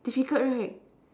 difficult right